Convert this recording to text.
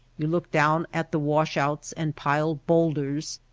you look down at the wash-outs and piled bowlders,